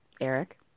Eric